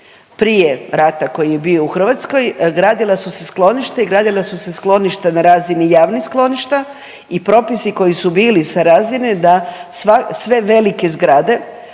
prije rata koji je bio u Hrvatskoj gradila su se skloništa i gradila su se skloništa na razini javnih skloništa i propisi koji su bili sa razine da sve velike zgrade